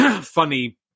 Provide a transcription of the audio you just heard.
funny